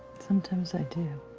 sometimes i do.